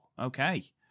Okay